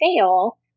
fail